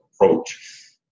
approach